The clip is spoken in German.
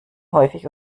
häufig